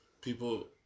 People